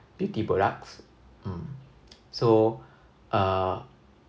beauty products mm so uh